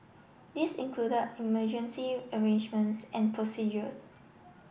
this include emergency arrangements and procedures